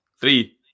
Three